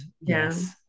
yes